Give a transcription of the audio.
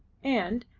and,